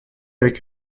avec